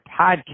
podcast